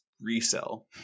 resell